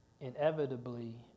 Inevitably